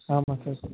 ஆமாம் சார்